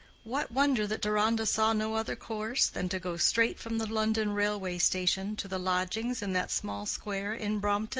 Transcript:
what wonder that deronda saw no other course than to go straight from the london railway station to the lodgings in that small square in brompton?